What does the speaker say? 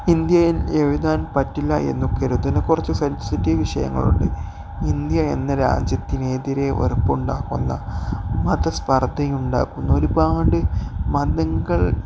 ഇന്ത്യയിൽ എഴുതാൻ പറ്റില്ല എന്നുകരുതുന്ന കുറച്ച് സെൻസിറ്റീവ് വിഷയങ്ങളുണ്ട് ഇന്ത്യ എന്ന രാജ്യത്തിനെതിരെ ഉറപ്പുണ്ടാക്കുന്ന മതസ്പർദയുണ്ടാക്കുന്ന ഒരുപാട് മതങ്ങൾ